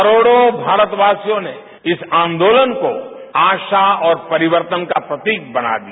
करोड़ो भारतवासियों ने इस आंदोलन को आशा और परिवर्तन का प्रतीक बना दिया